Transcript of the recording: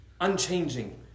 unchanging